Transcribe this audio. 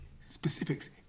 specifics